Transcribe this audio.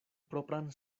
propran